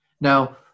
Now